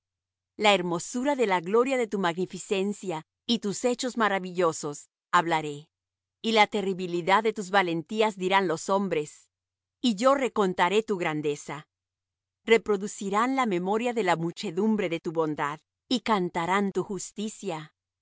la hermosura de la gloria de tu magnificencia y tus hechos maravillosos hablaré y la terribilidad de tus valentías dirán los hombres y yo recontaré tu grandeza reproducirán la memoria de la muchedumbre de tu bondad y cantarán tu justicia